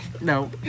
no